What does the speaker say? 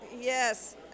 Yes